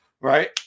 Right